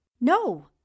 No